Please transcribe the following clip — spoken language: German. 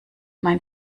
mein